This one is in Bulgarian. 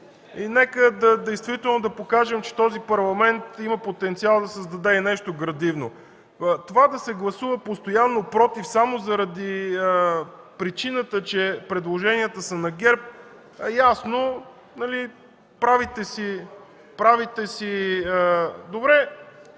покажем, че този Парламент има потенциал да се създаде и нещо градивно. Това да се гласува постоянно „против” само заради причината, че предложенията са на ГЕРБ, е ясно. Правите си ... (Реплика